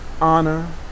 honor